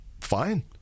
fine